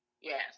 Yes